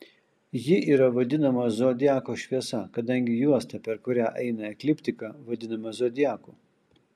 ji yra vadinama zodiako šviesa kadangi juosta per kurią eina ekliptika vadinama zodiaku